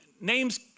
Names